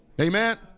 Amen